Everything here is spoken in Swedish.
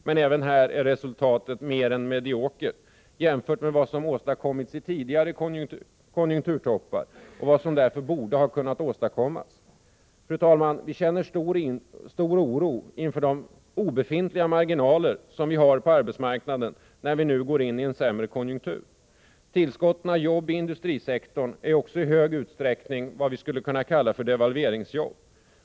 Men även där är resultatet mediokert jämfört med vad som åstadkommits i tidigare konjunkturtoppar och vad som därför borde ha kunnat åstadkommas. Fru talman! Vi känner stor oro inför de obefintliga marginaler som vi har på arbetsmarknaden när vi nu går in i en sämre konjunktur. Tillskottet av jobbiindustrisektorn är också i hög utsträckning vad vi skulle kunna kalla för devalveringsjobb.